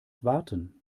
warten